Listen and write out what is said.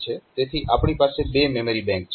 તેથી આપણી પાસે બે મેમરી બેંક છે